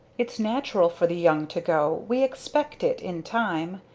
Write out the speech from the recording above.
its natural for the young to go. we expect it in time.